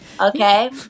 Okay